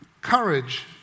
courage